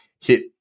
hit